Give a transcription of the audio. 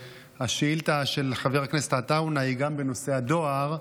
השאילתה של חבר הכנסת עטאונה היא גם בנושא הדואר,